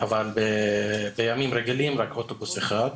אבל בימים רגילים רק אוטובוס אחד.